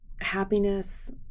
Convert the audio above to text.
happiness